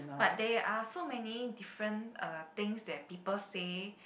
but there are so many different uh things that people say